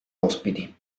ospiti